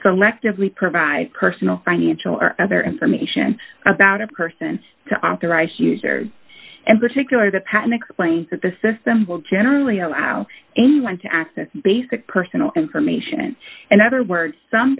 selectively provide personal financial or other information about a person to authorized user and particular the patent explains that the system will generally allow anyone to access basic personal information and other words some